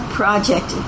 project